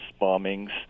bombings